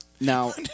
Now